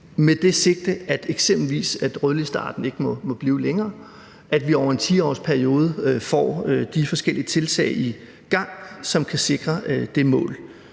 listen over rødlistearter ikke må blive længere, og at vi over en 10-årsperiode får sat de forskellige tiltag i gang, som kan sikre det mål?